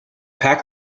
pack